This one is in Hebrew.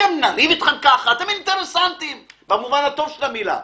אתם אינטרסנטים במובן הטוב של המילה,